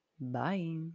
bye